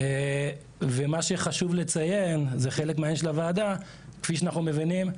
מה שחשוב לציין, כפי שאנחנו מבינים,